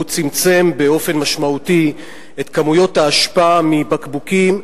הוא צמצם באופן משמעותי את כמויות האשפה מבקבוקים,